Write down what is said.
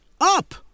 up